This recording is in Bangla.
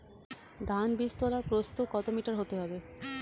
ধান বীজতলার প্রস্থ কত মিটার হতে হবে?